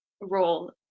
role